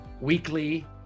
weekly